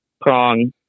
prong